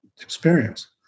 experience